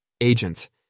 Agents